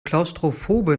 klaustrophobe